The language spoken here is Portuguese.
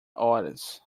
horas